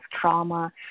trauma